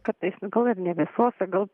kartais gal ir ne visose gal